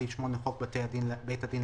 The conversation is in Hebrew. סעיף 8 לחוק בית הדין לעבודה,